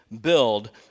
build